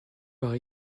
par